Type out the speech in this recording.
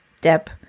Deb